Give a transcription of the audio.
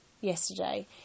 yesterday